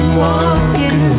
walking